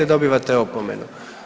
Dobivate opomenu.